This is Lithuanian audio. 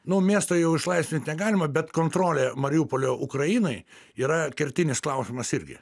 nu miesto jau išlaisvint negalima bet kontrolė mariupolio ukrainai yra kertinis klausimas irgi